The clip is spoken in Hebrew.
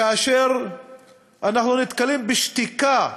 כאשר אנחנו נתקלים בשתיקה,